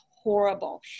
horrible